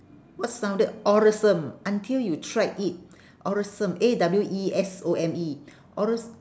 what sounded awesome until you tried it awesome A W E S O M E awes~